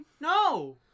No